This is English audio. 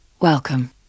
Welcome